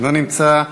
אינו נמצא,